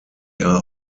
are